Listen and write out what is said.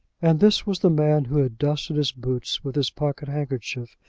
and this was the man who had dusted his boots with his pocket-handkerchief,